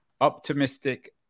optimistic